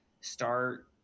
start